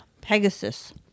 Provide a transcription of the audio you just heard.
Pegasus